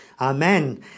amen